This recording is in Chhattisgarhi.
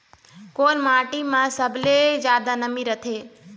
कोन माटी म सबले जादा नमी रथे?